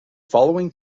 following